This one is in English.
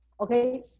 okay